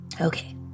okay